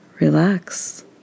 relax